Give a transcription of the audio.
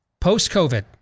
Post-COVID